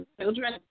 children